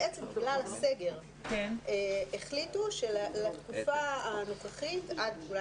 בגלל הסגר החליטו שלתקופה הנוכחית אולי